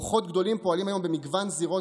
כוחות גדולים פועלים היום במגוון זירות